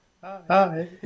Hi